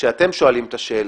כשאתם שואלים את השאלה,